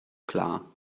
klar